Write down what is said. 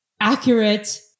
accurate